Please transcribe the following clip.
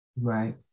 Right